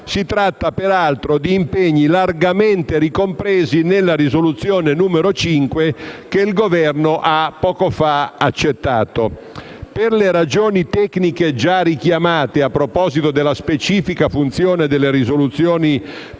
Si tratta peraltro di impegni largamente ricompresi nella proposta di risoluzione n. 5, che il Governo ha poco fa accettato. Per le ragioni tecniche già richiamate, a proposito della specifica funzione delle risoluzioni parlamentari